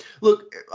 Look